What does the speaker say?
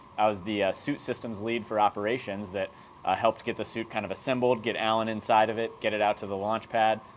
i was the suit system's lead for operations that ah helped get the suit kind of assembled. get alan inside of it. get it out to the launchpad,